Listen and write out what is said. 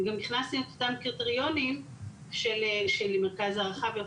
זה גם נכנס עם אותם קריטריונים של מרכז הערכה וכיו"ב,